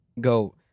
go